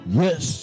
yes